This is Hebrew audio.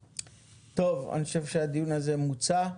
טוב, אני חושב שהדיון הזה מוצא.